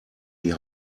die